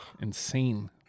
Insane